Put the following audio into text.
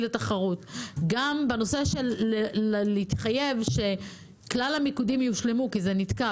גם בנושא של להתחייב שכלל המיקודים יושלמו כי זה נתקע